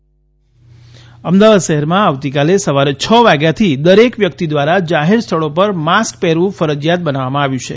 વિજય Nehra mask Ahmedabad શહેરમાં આવતીકાલે સવારે છ વાગ્યાથી દરેક વ્યક્તિ દ્વારા જાહેરસ્થળો પર માસ્ક પહેરવું ફરજીયાત બનાવવામાં આવ્યું છે